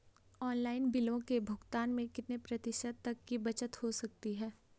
Online बिलों के भुगतान में कितने प्रतिशत तक की बचत हो सकती है?